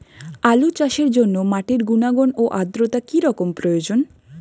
আলু চাষের জন্য মাটির গুণাগুণ ও আদ্রতা কী রকম প্রয়োজন?